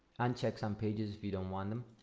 uncheck some pages we don't want them,